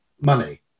money